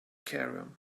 cairum